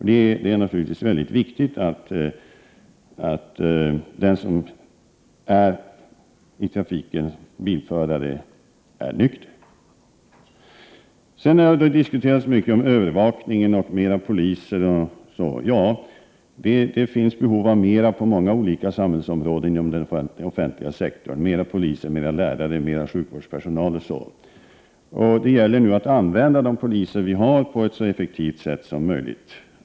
Det är naturligtvis mycket viktigt att en bilförare är nykter i trafiken. Det har här diskuterats mycket om övervakning och fler poliser m.m. Det finns behov av fler insatser inom den offentliga sektorn på många olika samhällsområden. Det behövs fler poliser, fler lärare och fler sjukvårdsanställda. Det gäller nu att använda de poliser vi har på ett så effektivt sätt som möjligt.